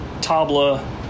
Tabla